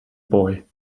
boy